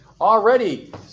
already